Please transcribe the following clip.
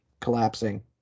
collapsing